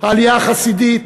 העלייה החסידית.